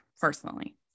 Personally